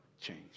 change